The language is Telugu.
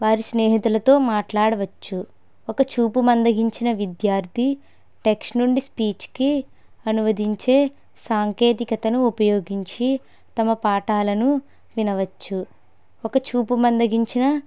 వారి స్నేహితులతో మాట్లాడవచ్చు ఒక చూపు మందగించిన విద్యార్థి టెక్స్ట్ నుండి స్పీచ్కి అనువదించే సాంకేతికతను ఉపయోగించి తమ పాఠాలను వినవచ్చు ఒక చూపు మందగించిన